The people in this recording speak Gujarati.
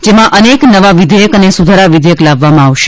જેમાં અનેક નવા વિધેયક અને સુધારા વિધેયક લાવવામાં આવશે